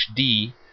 HD